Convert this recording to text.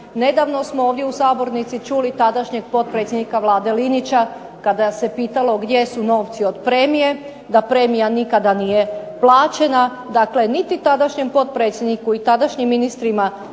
Nedavno smo ovdje u sabornici čuli tadašnjeg potpredsjednika Vlade Linića kada se pitalo gdje su novci od premije, da premija nikada nije plaćena. Dakle, niti tadašnjem potpredsjedniku i tadašnjim ministrima